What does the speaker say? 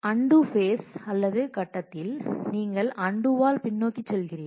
undo phase அல்லது கட்டத்தில் நீங்கள் அன்டூவால் பின்னோக்கிச் செல்கிறீர்கள்